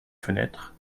fenêtre